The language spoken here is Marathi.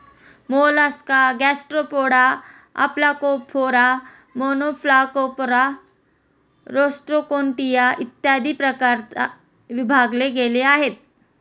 Mollusca Gastropoda, Aplacophora, Monoplacophora, Rostroconchia, इत्यादी प्रकारात विभागले गेले आहे